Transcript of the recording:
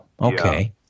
okay